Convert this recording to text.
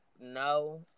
No